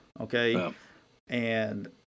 okay—and